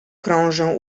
krążę